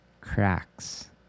cracks